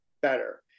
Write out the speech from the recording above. better